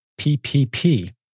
PPP